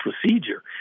procedure